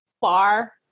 far